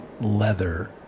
leather